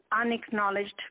unacknowledged